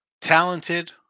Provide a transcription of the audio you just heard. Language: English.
Talented